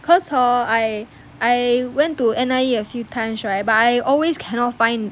cause hor I I went to N_I_E a few times right but I always cannot find